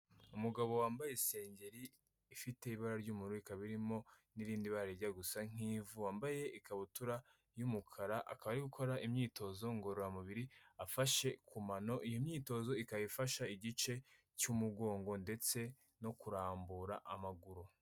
Umugabo wambaye isengeri ifite ibara ry'umuru ikaba irimo n'irindi bara rijya gusa nk'ivu wambaye ikabutura y'umukara akaba ari gukora imyitozo ngororamubiri afashe ku mano iyo myitozo ikaba ifasha igice cy'umugongo ndetse no kurambura amaguru.